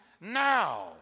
now